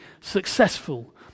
successful